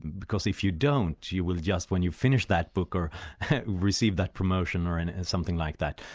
because if you don't, you will just, when you finish that book or receive that promotion or and and something like that,